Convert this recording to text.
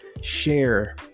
Share